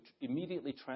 immediately